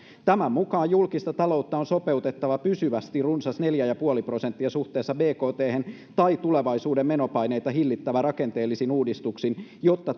tämän mukaan julkista taloutta on sopeutettava pysyvästi runsas neljä pilkku viisi prosenttia suhteessa bkthen tai tulevaisuuden menopaineita hillittävä rakenteellisin uudistuksin jotta